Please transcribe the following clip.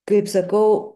kaip sakau